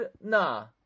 Nah